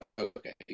Okay